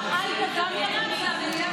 עאידה גם ירד?